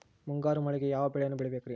ಮುಂಗಾರು ಮಳೆಗೆ ಯಾವ ಬೆಳೆಯನ್ನು ಬೆಳಿಬೇಕ್ರಿ?